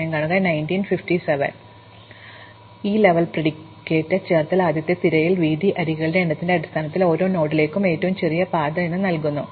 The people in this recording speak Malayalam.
അതിനാൽ ഈ ലെവൽ പ്രെഡിക്കേറ്റ് ചേർത്താൽ ആദ്യത്തെ തിരയൽ വീതി അരികുകളുടെ എണ്ണത്തിന്റെ അടിസ്ഥാനത്തിൽ ഓരോ നോഡിലേക്കും ഏറ്റവും ചെറിയ പാത ഇത് നൽകുന്നു